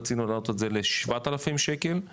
רצינו לעלות את זה ל-7,000 שקלים,